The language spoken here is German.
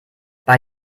bei